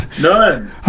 None